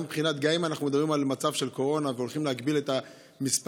גם אם אנחנו מדברים על מצב של קורונה והולכים להגביל את מספר